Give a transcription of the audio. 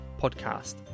podcast